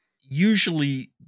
usually